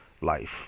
life